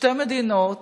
שתי מדינות